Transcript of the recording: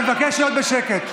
אני מבקש להיות בשקט.